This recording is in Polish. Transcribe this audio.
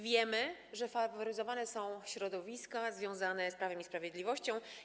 Wiemy, że faworyzowane są środowiska związane z Prawem i Sprawiedliwością.